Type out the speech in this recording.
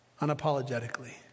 unapologetically